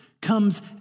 comes